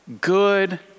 good